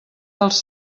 dels